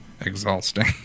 Exhausting